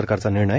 सरकारचा निर्णय